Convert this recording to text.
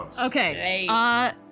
okay